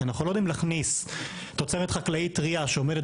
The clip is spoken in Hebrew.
כי אנחנו לא יודעים אם להכניס תוצרת חקלאית טרייה שעומדת